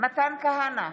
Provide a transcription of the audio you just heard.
מתן כהנא,